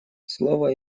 слово